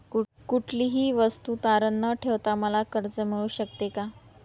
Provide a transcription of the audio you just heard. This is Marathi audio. कुठलीही वस्तू तारण न ठेवता मला कर्ज मिळू शकते का?